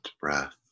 breath